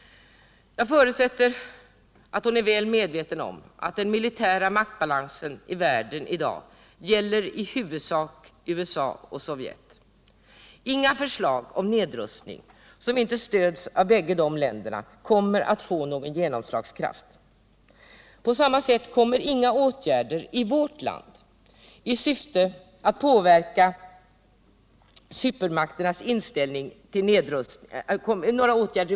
Jag förutsätter att hon är väl medveten om att den militära maktbalansen i världen i dag gäller i huvudsak USA och Sovjetunionen. Inga förslag om nedrustning som inte stöds av bägge dessa länder kommer att få någon genomslagskraft. På samma sätt kommer inga åtgärder i vårt land att påverka supermakternas inställning till nedrustning.